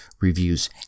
reviews